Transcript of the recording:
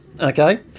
okay